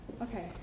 Okay